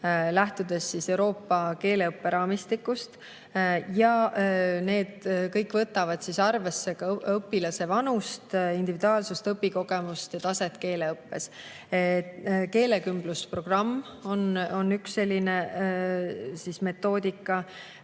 lähtudes Euroopa keeleõpperaamistikust. Need kõik võtavad arvesse õpilase vanust, individuaalsust, õpikogemust ja taset keeleõppes. Keelekümblusmetoodika on ka üks selline metoodika.